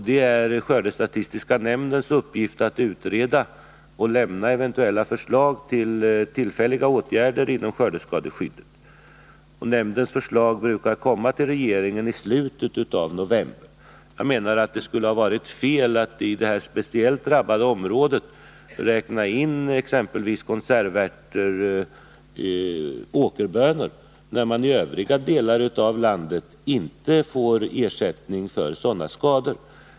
Det är skördestatistiska nämndens uppgift att utreda och lämna eventuella förslag till tillfälliga åtgärder inom skördeskadeskyddet. Nämndens förslag brukar komma till regeringen i slutet av november. Det skulle ha varit fel att i det här speciellt drabbade området räkna in exempelvis konservärter och åkerbönor, när man i övriga delar av landet inte får ersättning för sådana skador.